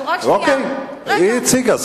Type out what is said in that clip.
חברת הכנסת לוי, אני רוצה להגיד משהו, רק שנייה.